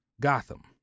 Gotham